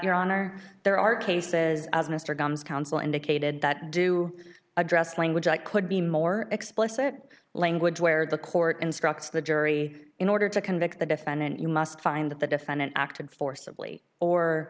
your honor there are cases as mr graham's counsel indicated that do address language i could be more explicit language where the court instructs the jury in order to convict the defendant you must find that the defendant acted forcibly or